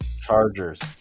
Chargers